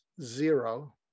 Zero